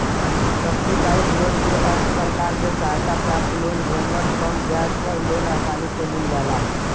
subsidised loan क अर्थ सरकार से सहायता प्राप्त लोन जेमन कम ब्याज पर लोन आसानी से मिल जाला